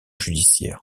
judiciaire